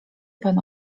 pan